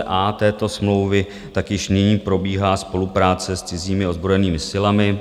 A této smlouvy tak již nyní probíhá spolupráce s cizími ozbrojenými silami.